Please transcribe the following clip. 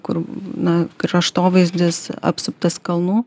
kur na kraštovaizdis apsuptas kalnų